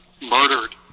murdered